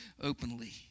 openly